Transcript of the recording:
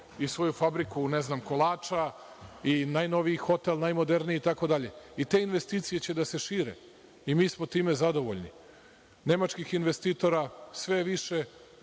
svoju fabriku kolača i najnoviji hotel, najmoderniji itd. Te investicije će da se šire i mi smo time zadovoljni. Nemačkih investitora sve je